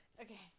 Okay